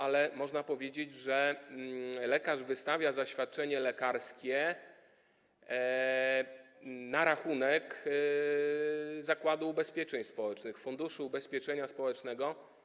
Ale można powiedzieć, że lekarz wystawia zaświadczenie lekarskie na rachunek Zakładu Ubezpieczeń Społecznych, Funduszu Ubezpieczeń Społecznych.